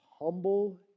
humble